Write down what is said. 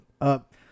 up